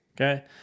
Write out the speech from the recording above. Okay